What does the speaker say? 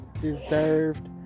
deserved